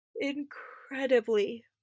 incredibly